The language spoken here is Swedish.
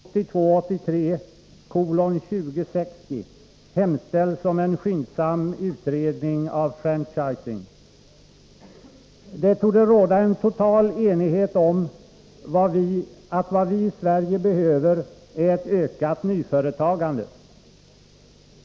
Herr talman! I den socialdemokratiska motionen 1982/83:2016 hemställs om en skyndsam utredning av franchising. Det torde råda total enighet om att vad vi i Sverige behöver är ett ökat nyföretagande.